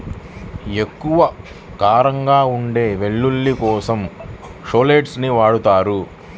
ఎక్కువ కారంగా ఉండే వెల్లుల్లి కోసం షాలోట్స్ ని వాడతారు